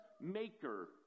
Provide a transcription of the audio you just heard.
maker